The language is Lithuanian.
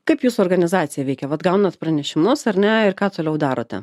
kaip jūsų organizacija veikia vat gaunat pranešimus ar ne ir ką toliau darote